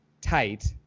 tight